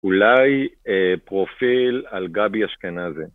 אולי פרופיל על גבי אשכנזי.